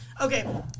okay